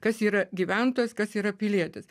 kas yra gyventojas kas yra pilietis